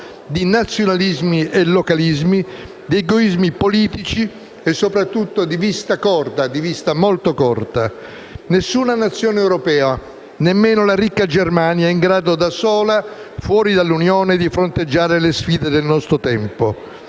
di nazionalismi e localismi, di egoismi politici e, soprattutto, di vista corta, molto corta. Nessuna nazione europea, nemmeno la ricca Germania, è in grado, da sola, fuori dall'Unione, di fronteggiare le sfide del nostro tempo.